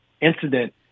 incident